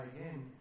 again